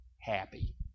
happy